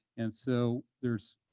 and so there's